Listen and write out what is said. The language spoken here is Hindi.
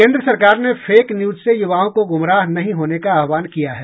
केन्द्र सरकार ने फेक न्यूज से युवाओं को गुमराह नहीं होने का आह्वान किया है